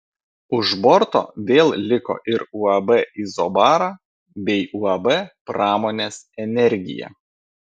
už borto vėl liko ir uab izobara bei uab pramonės energija